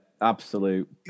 Absolute